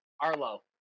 Arlo